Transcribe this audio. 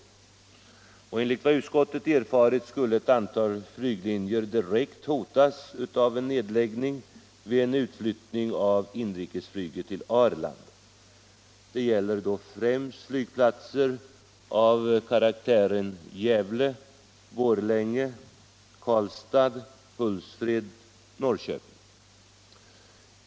Enligt vad utskottet erfarit skulle ett antal flyglinjer direkt hotas av nedläggning vid en utflyttning av inrikesflyget till Arlanda. Det gäller då främst flygplatser som Gävle, Borlänge, Karlstad, Hultsfred och Norrköping.